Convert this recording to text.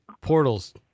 Portals